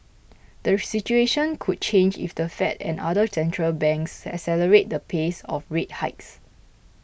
the situation could change if the Fed and other central banks accelerate the pace of rate hikes